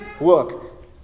look